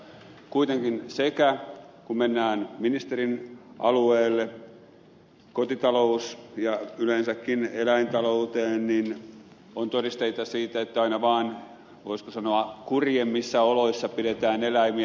kuitenkin kun mennään ministerin alueelle kotitalouteen ja yleensäkin eläintalouteen on todisteita siitä että aina vaan voisiko sanoa kurjemmissa oloissa pidetään eläimiä